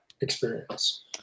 experience